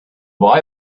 boy